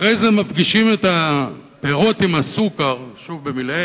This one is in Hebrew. אחרי זה, מפגישים את הפירות עם הסוכר, שוב במלעיל,